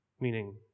meaning